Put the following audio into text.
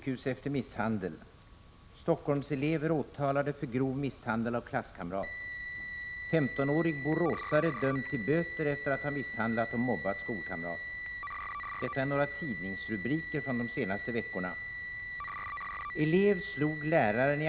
Herr talman! ”Linköpingselev till sjukhus efter misshandel.” Detta är några tidningsrubriker från de senaste veckorna.